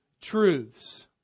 truths